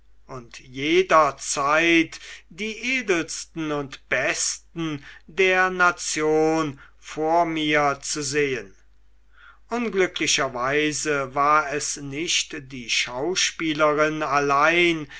und jederzeit die edelsten und besten der nation vor mir zu sehen unglücklicherweise war es nicht die schauspielerin allein